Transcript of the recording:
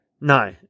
No